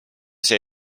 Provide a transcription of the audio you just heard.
see